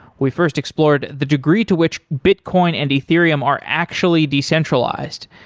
we first explored the degree to which bitcoin and ethereum are actually decentralized.